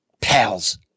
pals